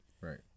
right